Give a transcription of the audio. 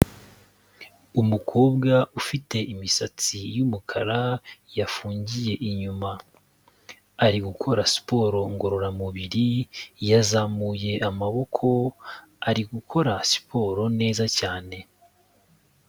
Umukobwa ufite imisatsi y'umukara yafungiye inyuma, ari gukora siporo ngororamubiri, yazamuye amaboko ari gukora siporo neza cyane.